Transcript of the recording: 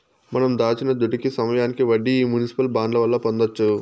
మనం దాచిన దుడ్డుకి సమయానికి వడ్డీ ఈ మునిసిపల్ బాండ్ల వల్ల పొందొచ్చు